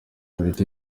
politiki